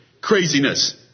craziness